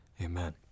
amen